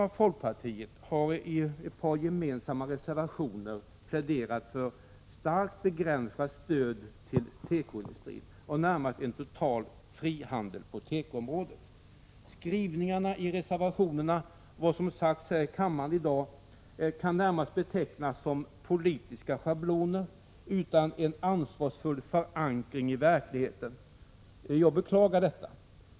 M och fp har i ett par gemensamma reservationer pläderat för starkt begränsat stöd till tekoindustrin och närmast en total frihandel på tekoområdet. Skrivningarna i reservationerna och vad som sagts här i kammaren i dag kan närmast betecknas som politiska schabloner utan en ansvarsfull förankring i verkligheten. Jag beklagar detta.